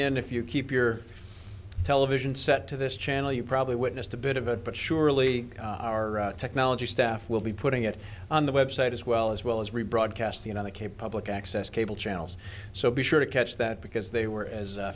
in if you keep your television set to this channel you probably witnessed a bit of it but surely our technology staff will be putting it on the website as well as well as rebroadcast you know the k public access cable channels so be sure to catch that because they were as